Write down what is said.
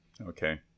Okay